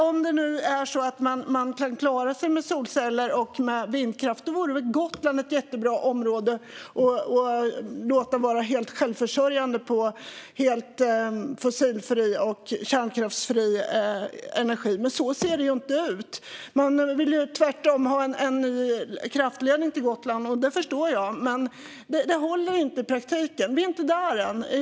Om det nu är så att man kan klara sig med solceller och vindkraft vore väl Gotland ett jättebra område som man kan låta vara helt självförsörjande på fossil och kärnkraftsfri energi. Men så ser det inte ut. Tvärtom vill man ha en ny kraftledning till Gotland, vilket jag förstår. Det håller inte i praktiken. Vi är inte där än.